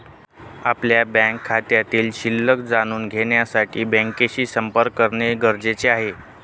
आपल्या बँक खात्यातील शिल्लक जाणून घेण्यासाठी बँकेशी संपर्क करणे गरजेचे आहे